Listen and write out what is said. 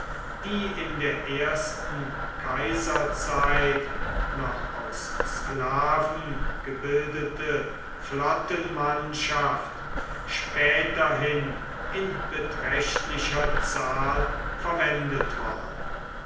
die in der ersten kaiserzeit noch aus sklaven gebildete flottenmannschaft späterhin in beträchtlicher zahl verwendet worden